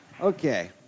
Okay